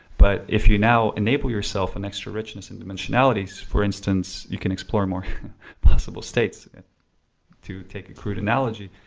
but if you now enable yourself next to richness and dimensionalities, for instance you can explore more possible states to take crude analogy,